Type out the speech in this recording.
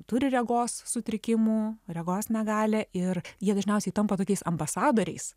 turi regos sutrikimų regos negalią ir jie dažniausiai tampa tokiais ambasadoriais